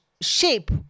shape